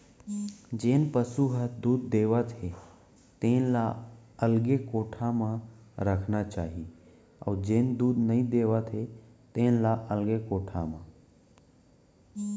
जेन पसु ह दूद देवत हे तेन ल अलगे कोठा म रखना चाही अउ जेन दूद नइ देवत हे तेन ल अलगे कोठा म